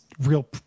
real